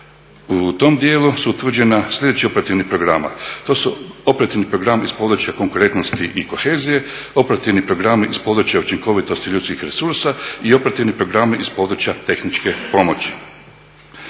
U tom dijelu su utvrđeni sljedeći operativni programi, to su operativni program iz područja konkurentnosti i kohezije, operativni programi iz područja učinkovitosti ljudskih resursa i operativni programi iz područja tehničke pomoći.